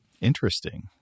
Interesting